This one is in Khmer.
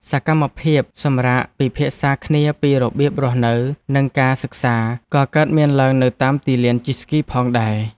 សកម្មភាពសម្រាកពិភាក្សាគ្នាពីរបៀបរស់នៅ និងការសិក្សា ក៏កើតមានឡើងនៅតាមទីលានជិះស្គីផងដែរ។